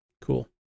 Cool